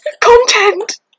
Content